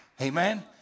amen